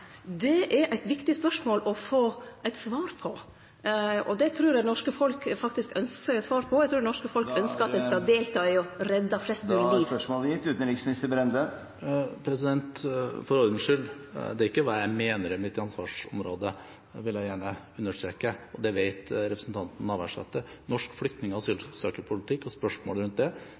Det er eit viktig spørsmål å få eit svar på, og det trur eg faktisk det norske folk ynskjer eit svar på, eg trur det norske folk ynskjer at vi skal delta i å redde flest mogleg. For ordens skyld: Det er ikke hva jeg mener er mitt ansvarsområde, det vil jeg gjerne understreke, og det vet representanten Navarsete. Norsk flyktning- og asylsøkerpolitikk og spørsmål rundt det